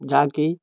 ଯାହାକି